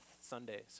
Sunday